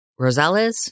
Rosales